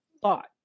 thought